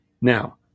Now